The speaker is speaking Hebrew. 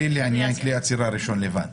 נכון.